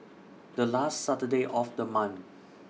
The last Saturday of The month